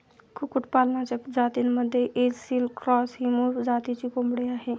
कुक्कुटपालनाच्या जातींमध्ये ऐसिल क्रॉस ही मूळ जातीची कोंबडी आहे